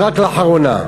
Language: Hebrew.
ורק לאחרונה: